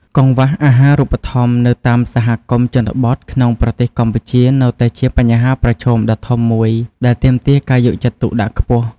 កង្វះអាហារូបត្ថម្ភនៅតាមសហគមន៍ជនបទក្នុងប្រទេសកម្ពុជានៅតែជាបញ្ហាប្រឈមដ៏ធំមួយ ដែលទាមទារការយកចិត្តទុកដាក់ខ្ពស់។